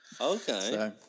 Okay